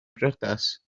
briodas